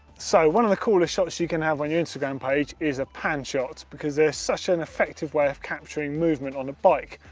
so one of the coolest shots you can have on your instagram page is a pan shot, because they're such an effective way of capturing movement on a bike.